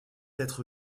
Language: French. être